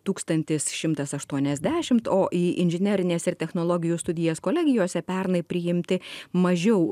tūkstantis šimtas aštuoniasdešimt o į inžinerinės ir technologijų studijas kolegijose pernai priimti mažiau